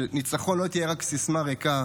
שניצחון לא יהיה רק סיסמה ריקה,